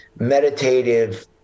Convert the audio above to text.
meditative